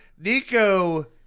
Nico